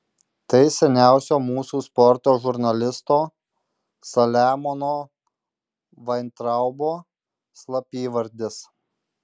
tai seniausio mūsų sporto žurnalisto saliamono vaintraubo slapyvardis